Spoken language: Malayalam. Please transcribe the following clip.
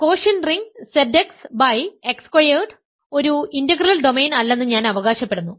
അതിനാൽ quotient ring Z x x squared ഒരു ഇന്റഗ്രൽ ഡൊമെയ്ൻ അല്ലെന്ന് ഞാൻ അവകാശപ്പെടുന്നു